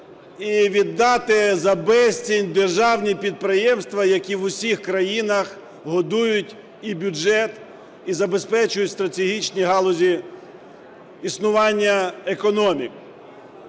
і віддати за безцінь державні підприємства, які в усіх країнах годують і бюджет, і забезпечують стратегічні галузі існування економік.